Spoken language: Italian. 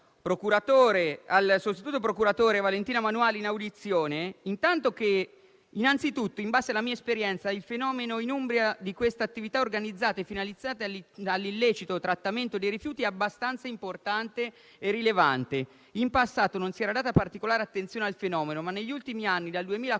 al sostituto procuratore Valentina Manuali in audizione intanto che, innanzitutto: «In base alla mia esperienza, il fenomeno in Umbria di queste attività organizzate finalizzate all'illecito trattamento dei rifiuti è abbastanza importante e rilevante. In passato non si era data particolare attenzione al fenomeno, ma negli ultimi anni, dal 2015,